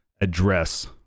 address